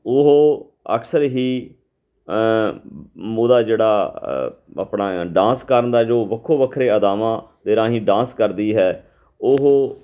ਉਹ ਅਕਸਰ ਹੀ ਉਹਦਾ ਜਿਹੜਾ ਅ ਆਪਣਾ ਡਾਂਸ ਕਰਨ ਦਾ ਜੋ ਵੱਖੋ ਵੱਖਰੇ ਅਦਾਵਾਂ ਦੇ ਰਾਹੀਂ ਡਾਂਸ ਕਰਦੀ ਹੈ ਉਹ